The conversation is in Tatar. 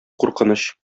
куркыныч